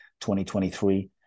2023